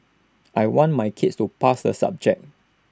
I want my kids to pass the subject